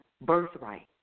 birthright